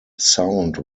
sound